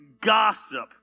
gossip